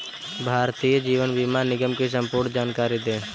भारतीय जीवन बीमा निगम की संपूर्ण जानकारी दें?